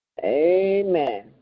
Amen